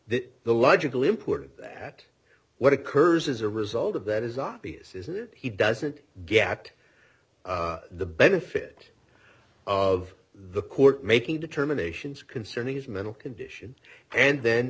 that the logical important that what occurs as a result of that is obvious is that he doesn't get the benefit of the court making determinations concerning his mental condition and then